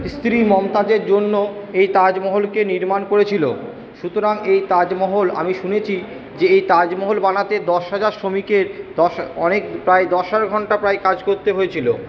স্ত্রী মমতাজের জন্য এই তাজমহলকে নির্মাণ করেছিলো সুতরাং এই তাজমহল আমি শুনেছি যে এই তাজমহল বানাতে দশ হাজার শ্রমিকের দশ অনেক প্রায় দশ হাজার ঘন্টা প্রায় কাজ করতে হয়েছিলো